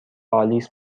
آلیس